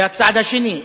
זה הצעד השני.